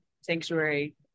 Sanctuary